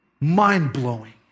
Mind-blowing